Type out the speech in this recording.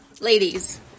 Ladies